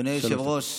אדוני היושב-ראש,